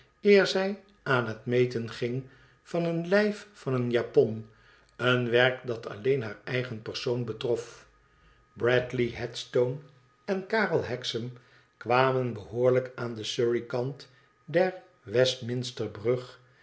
eer zij aan het meten ging van een lijf van eene japon een werk dat alleen haar eigen persoon betro bradley headstone en karel hexam kwamen behoorlijk aan den surreykant der westminsterbrug